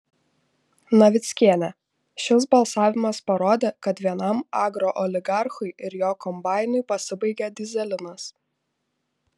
navickienė šis balsavimas parodė kad vienam agrooligarchui ir jo kombainui pasibaigė dyzelinas